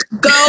Go